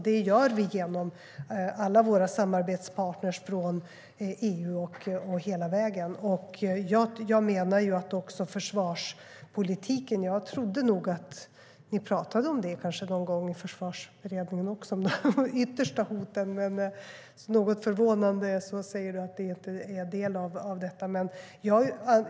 Det gör vi genom alla våra samarbetspartner från EU och hela vägen. Jag trodde att ni någon gång också talade om de yttersta hoten i Försvarsberedningen. Men något förvånande säger du att det inte är en del av detta.